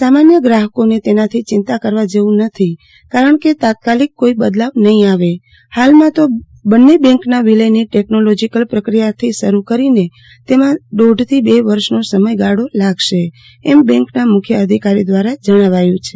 સામાન્ય ગ્રાહકોને તેનાથી ચિંતા કરવા જેવું નથી કારણ કે તાત્કાલીક કોઈ બદલાવ નહીં આવે હાલમાં તો બંને બેંકના વિલયની ટેકનોલોજીકલ પ્રક્રિયાથી શરૂ કરીને તેમાં દોઢથી બે વર્ષનો સમય લાગશે એમ બેન્કના મુખ્ય અધિકારી દ્વારા જણાવાયું છે